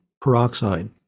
peroxide